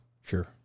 Sure